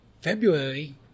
february